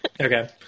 Okay